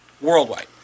worldwide